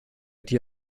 dir